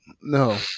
no